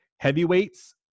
heavyweights